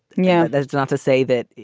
yeah that's not to say that.